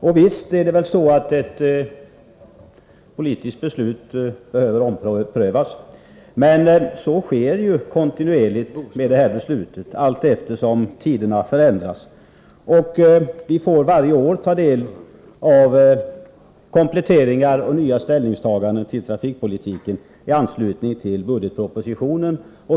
Och visst behöver politiska beslut omprövas, men så sker kontinuerligt allteftersom tiderna förändras. Vi får varje år ta del av kompletteringar och nya ställningstaganden till trafikpolitiken i anslutning till budgetpropositionen.